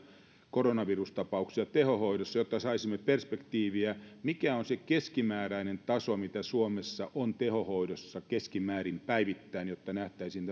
koronavirustapauksia tehohoidossa jotta saisimme perspektiiviä siihen mikä on se keskimääräinen taso mitä suomessa on tehohoidossa päivittäin jotta nähtäisiin